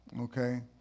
okay